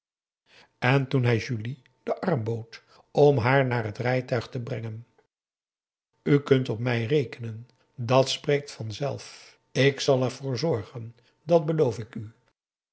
en toen hij julie den arm bood om haar naar het rijtuig te brengen u kunt op mij rekenen dat spreekt vanzelf ik zal ervoor zorgen dat beloof ik u